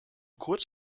kurz